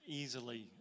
easily